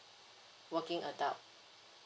working adult